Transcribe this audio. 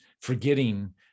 forgetting